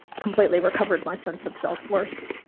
completely recovered my sense of self-worth.